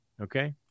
okay